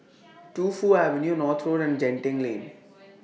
Tu Fu Avenue North Road and Genting Lane